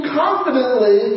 confidently